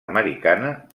americana